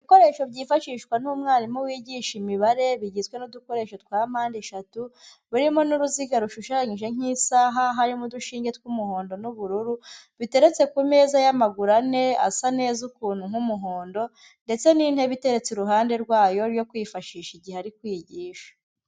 Ibikoresho byifashishwa n'umwarimu wigisha imibare, bigizwe n'udukoresho twa mpande eshatu, birimo n'uruziga rushushanyije nk'isaha, harimo udushinge tw'umuhondo n'ubururu biteretse ku meza y'amaguru ane, asa neza ukuntu nk'umuhondo ndetse n'intebe iteretse iruhande rwayo yo kwifashisha igihe ari kwigisha.